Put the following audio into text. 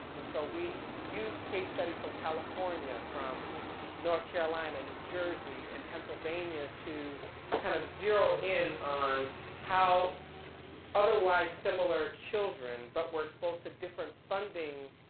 and so we used case studies from california, from north carolina, new jersey, and pennsylvania to kind of, zero in on how otherwise similar children but were exposed to different funding